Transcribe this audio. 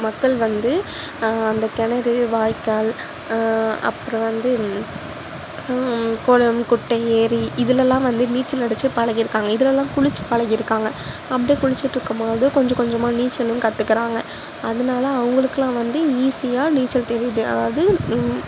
மக்கள் வந்து அந்த கிணறு வாய்க்கால் அப்புறோம் வந்து குளம் குட்டை ஏரி இதிலல்லாம் வந்து நீச்சல் அடித்து பழகிருக்காங்க இதுலெல்லாம் குளிச்சு பழகிருக்காங்க அப்படி குளிச்சுட்டு இருக்கும்போது கொஞ்சம் கொஞ்சமாக நீச்சலும் கற்றுகிறாங்க அதனால் அவங்களுக்கெலாம் வந்து ஈசியாக நீச்சல் தெரியுது அதாவது